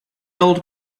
old